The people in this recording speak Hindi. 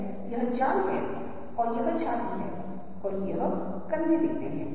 और यह निश्चित रूप से हमें विकृति का भय देता है जो कि नकारात्मक है